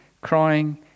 crying